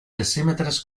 decímetres